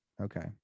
Okay